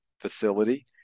facility